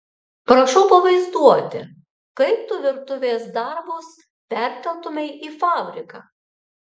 prašau pavaizduoti kaip tu virtuvės darbus perkeltumei į fabriką